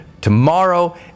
tomorrow